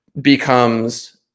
becomes